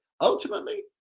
Ultimately